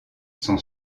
sont